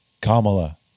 Kamala